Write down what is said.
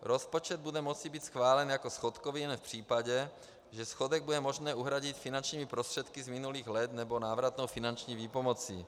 Rozpočet bude moci být schválen jako schodkový jen v případě, že schodek bude možné uhradit finančními prostředky z minulých let nebo návratnou finanční výpomocí.